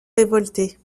révoltés